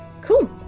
Cool